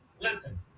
Listen